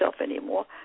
anymore